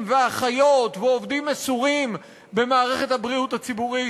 ואחיות ועובדים מסורים במערכת הבריאות הציבורית,